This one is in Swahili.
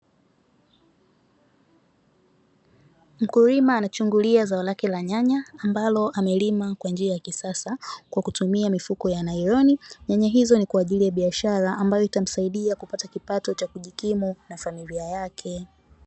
Mkulima anachungulia zao lake la nyanya ambalo amelima kwa njia ya kisasa kwa kutumia mifuko ya nailoni. nyanya hizo ni kwa ajili ya biashara ambayo itamsaidia kupata kipato cha kujikimu na familia yake.